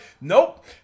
Nope